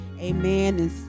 Amen